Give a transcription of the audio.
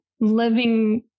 living